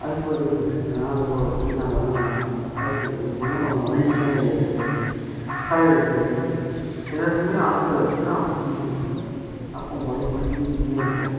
அறுப்பருக்கறது அருவா வச்சு நாங்கள் தான் அறுப்பருக்க செய்வோம் அங்க வண்டி எல்லாம் கிடையாது களை எடுக்கறது எல்லாத்தையுமே ஆட்கள் வச்சு தான் அப்போ செஞ்சிகிட்டு இருந்தோம் அப்போ முறைப்படி செஞ்சிகிட்டே இருப்போம்